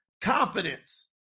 confidence